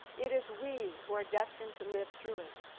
it is we who are destined to live through it,